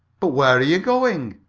but where are you going?